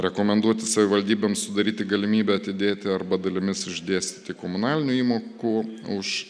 rekomenduoti savivaldybėms sudaryti galimybę atidėti arba dalimis išdėstyti komunalinių įmokų už